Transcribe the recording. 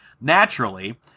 Naturally